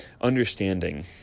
understanding